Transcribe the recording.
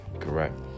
correct